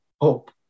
hope